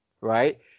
Right